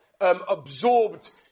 Absorbed